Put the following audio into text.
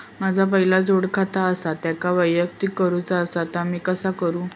माझा पहिला जोडखाता आसा त्याका वैयक्तिक करूचा असा ता मी कसा करू?